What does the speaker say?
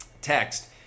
text